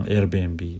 Airbnb